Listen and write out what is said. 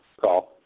call